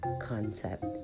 concept